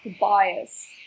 bias